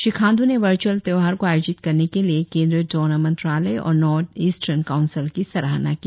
श्री खांडू ने वर्च्अल त्यौहार को आयोजित करने के लिए केंद्रीय डोनार मंत्रालय और नर्थ ईस्टार्न काउनसिल की सराहना की